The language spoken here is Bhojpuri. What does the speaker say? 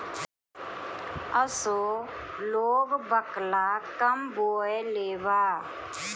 असो लोग बकला कम बोअलेबा